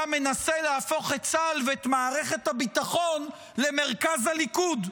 מנסה להפוך את צה"ל ואת מערכת הביטחון למרכז הליכוד.